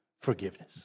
forgiveness